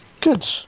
Good